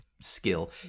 skill